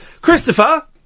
Christopher